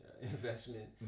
investment